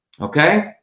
okay